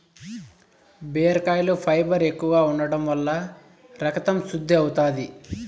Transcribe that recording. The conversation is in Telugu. బీరకాయలో ఫైబర్ ఎక్కువగా ఉంటం వల్ల రకతం శుద్ది అవుతాది